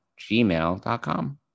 gmail.com